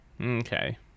Okay